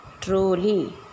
truly